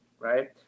right